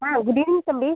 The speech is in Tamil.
ஆ குட் ஈவினிங் தம்பி